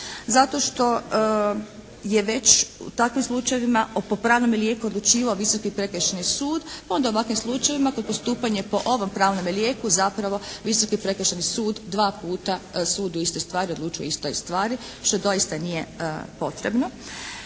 zato što je već u takvim slučajevima po pravnome lijeku odlučivao Visoki prekršajni sud, pa onda u ovakvim slučajevima kod postupanja po ovome pravnome lijeku zapravo Visoki prekršajni sud dva puta sudi o istoj stvari, odlučuje o istoj stvari, što doista nije potrebno.